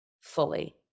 fully